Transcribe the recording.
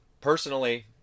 personally